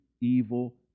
evil